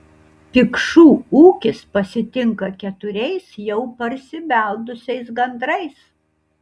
pikšų ūkis pasitinka keturiais jau parsibeldusiais gandrais